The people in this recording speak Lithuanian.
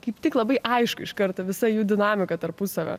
kaip tik labai aišku iš karto visa jų dinamika tarpusavio